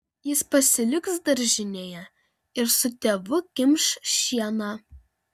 jis pasiliks daržinėje ir su tėvu kimš šieną